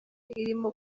irimo